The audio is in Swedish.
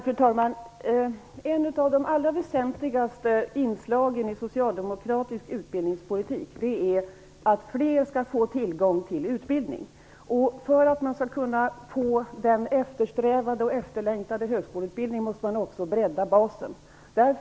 Fru talman! Ett av de allra väsentligaste inslagen i socialdemokratisk utbildningspolitik är att fler skall få tillgång till utbildning. För att få den eftersträvade och efterlängtade högskoleutbildningen måste också basen breddas.